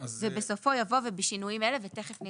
ובסופו יבוא "ובשינויים אלה: 49, 50 ו-51